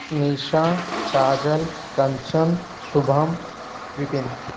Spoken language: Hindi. निशा काजल कंचन शुभम विपिन